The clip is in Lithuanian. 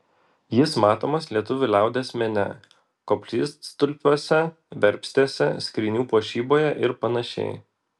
jis matomas lietuvių liaudies mene koplytstulpiuose verpstėse skrynių puošyboje ir panašiai